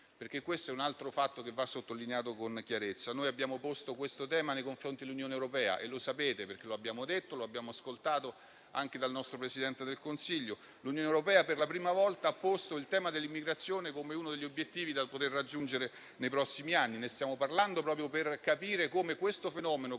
perché questo è un altro fatto che va sottolineato con chiarezza. Abbiamo posto questo tema nei confronti dell'Unione europea, e lo sapete perché lo abbiamo detto, lo abbiamo ascoltato anche dal nostro Presidente del Consiglio: per la prima volta l'Unione europea ha posto il tema dell'immigrazione come uno degli obiettivi da poter raggiungere nei prossimi anni. Ne stiamo parlando proprio per capire come un fenomeno